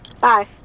Bye